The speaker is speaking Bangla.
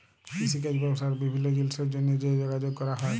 কিষিকাজ ব্যবসা আর বিভিল্ল্য জিলিসের জ্যনহে যে যগাযগ ক্যরা হ্যয়